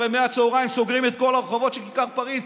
הרי מהצוהריים סוגרים את כל הרחובות של כיכר פריז,